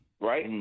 Right